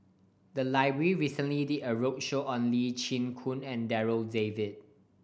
the library recently did a roadshow on Lee Chin Koon and Darryl David